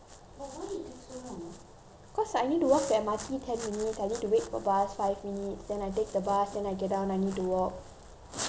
cause I need to walk to M_R_T ten minutes I need to wait for bus five minutes then I take the bus then I get down I need to walk so many different so many time